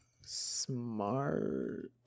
smart